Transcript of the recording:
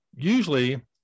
Usually